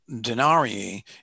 denarii